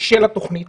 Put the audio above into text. של התוכנית.